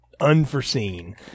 unforeseen